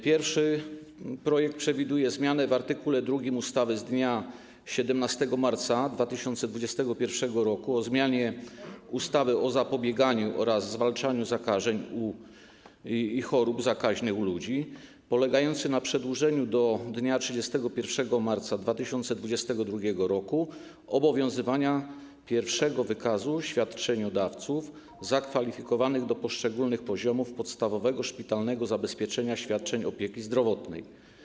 Pierwszy projekt przewiduje zmianę w art. 2 ustawy z dnia 17 marca 2021 r. o zmianie ustawy o zapobieganiu oraz zwalczaniu zakażeń i chorób zakaźnych u ludzi, polegającą na przedłużeniu do dnia 31 marca 2022 r. obowiązywania pierwszego wykazu świadczeniodawców zakwalifikowanych do poszczególnych poziomów podstawowego szpitalnego zabezpieczenia świadczeń opieki zdrowotnej.